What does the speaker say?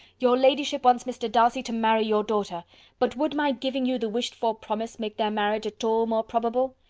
your ladyship wants mr. darcy to marry your daughter but would my giving you the wished-for promise make their marriage at all more probable?